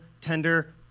tender